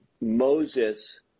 Moses